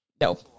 no